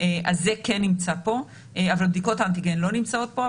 אבל בדיקות האנטיגן לא נמצאות פה.